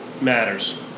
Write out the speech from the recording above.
matters